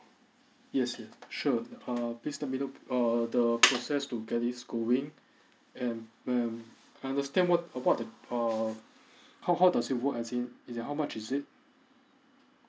yes yes sure err place the middle err the process to get this going and when I understand what uh what are the err how how does it work as in as in how much is it